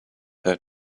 her